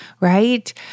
right